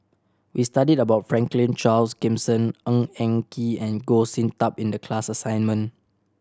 we studied about Franklin Charles Gimson Ng Eng Kee and Goh Sin Tub in the class assignment